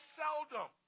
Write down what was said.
seldom